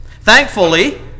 Thankfully